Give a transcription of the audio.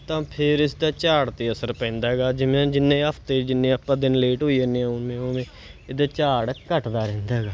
ਤਾਂ ਫੇਰ ਇਸਦਾ ਝਾੜ 'ਤੇ ਅਸਰ ਪੈਂਦਾ ਗਾ ਜਿਵੇਂ ਜਿੰਨੇ ਹਫਤੇ ਜਿੰਨੇ ਆਪਾਂ ਦਿਨ ਲੇਟ ਹੋਈ ਜਾਂਦੇ ਉਵੇਂ ਉਵੇਂ ਇਹਦਾ ਝਾੜ ਘੱਟਦਾ ਰਹਿੰਦਾ ਗਾ